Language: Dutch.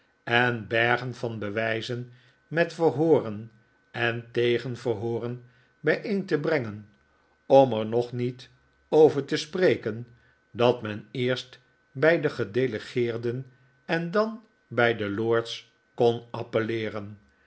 en bergen van bewijzen met verhooren en tegen verhooren bijeen te brengen om er nog niet over te spreken dat men eerst bij de gedelegeerden en dan bij de lords kon appelleeren